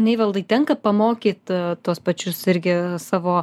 neivaldai tenka pamokyt tuos pačius irgi savo